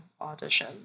audition